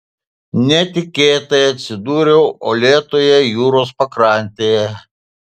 netikėtai atsidūriau uolėtoje jūros pakrantėje